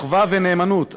אחווה ונאמנות,